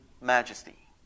majesty